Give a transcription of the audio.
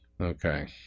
Okay